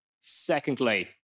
Secondly